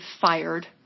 fired